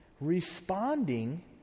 responding